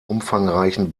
umfangreichen